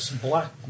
black